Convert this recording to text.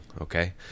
okay